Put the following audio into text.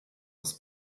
aus